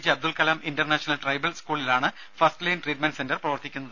J Abdul Kalam international tribal സ്കൂളിൽ ആണ് first line treatment centre പ്രവർത്തിക്കുന്നത്